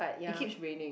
it keep raining